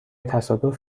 تصادف